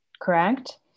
Correct